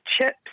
chips